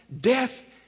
death